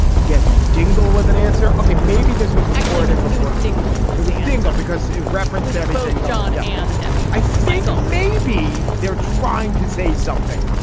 debbie dingell was an answer. okay. maybe this was recorded before dingell. whether we think because it references everything, john and debbie, i think, like oh, maybe they're trying to say something.